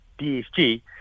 DSG